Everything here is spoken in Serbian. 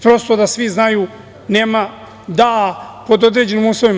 Prosto, da svi znaju, nema, da, pod određenim uslovima.